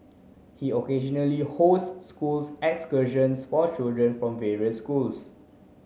he occasionally hosts school excursions for children from various schools